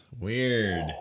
Weird